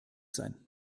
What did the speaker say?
sein